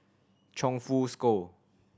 Chongfu School